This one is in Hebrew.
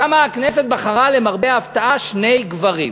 שם הכנסת בחרה למרבה ההפתעה שני גברים.